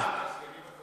איזה הסכמים?